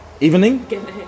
evening